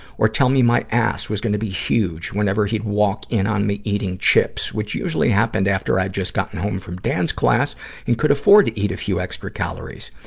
or tell me my ass was gonna be huge whenever he'd walk in on me eating chips which usually happened after i'd just gotten home from dance class and could afford to eat a few extra calories.